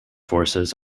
forces